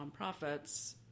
nonprofits